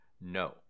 No